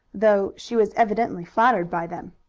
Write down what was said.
though she was evidently flattered by them.